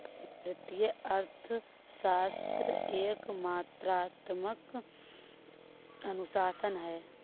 वित्तीय अर्थशास्त्र एक मात्रात्मक अनुशासन है